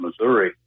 Missouri